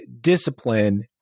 discipline